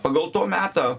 pagal to metą